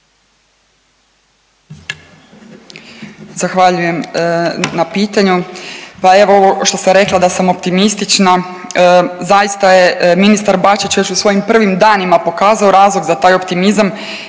Zahvaljujem na pitanju, pa evo ovo što sam rekla da sam optimistična. Zaista je ministar Bačić još u svojim prvim danima pokazao razlog za taj optimizam